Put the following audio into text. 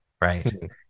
Right